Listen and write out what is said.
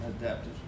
adaptive